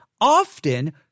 Often